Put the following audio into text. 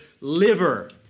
liver